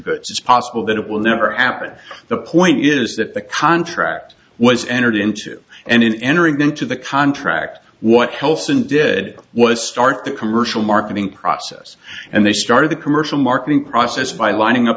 but it's possible that it will never happen the point is that the contract was entered into and in entering into the contract what health soon did was start the commercial marketing process and they start of the commercial marketing process by lining up